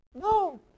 No